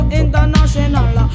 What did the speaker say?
international